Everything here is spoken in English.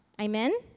Amen